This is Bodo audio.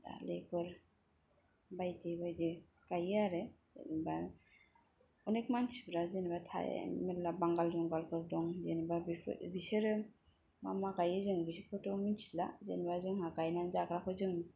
दालिफोर बायदि बायदि गायो आरो होमब्ला अनेख मानसिफ्रा जेनेबा थायो मेरला बांगाल जुंगालफोर दं जेनेबा बिसोरो मा मा गायो जों बिसोरखौथ' मिथिला जेनेबा जोंहा गायनानै जाग्राखौ जों